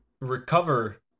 recover